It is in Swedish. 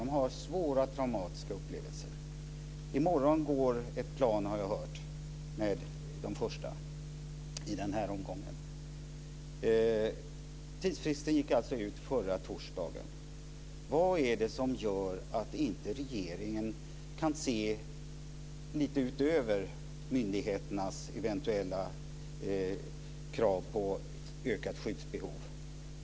De har haft svåra traumatiska upplevelser. Jag har hört att det i morgon går ett plan med de första kosovoalbanerna i denna omgång. Tidsfristen gick alltså ut förra torsdagen. Vad är det som gör att regeringen inte kan se lite utöver myndigheternas eventuella krav på ökat skyddsbehov?